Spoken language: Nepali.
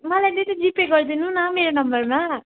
मलाई त्यसै जिपे गरिदिनु न मेरो नम्बरमा